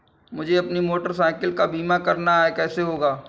मुझे अपनी motorcycle का बीमा करना है कैसे होगा?